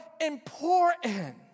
important